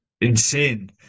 insane